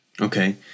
Okay